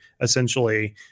essentially